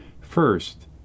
First